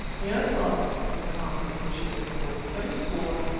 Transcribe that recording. yes, baas, said hans in a cheerful voice, very poor.